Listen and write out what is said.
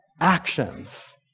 actions